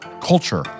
culture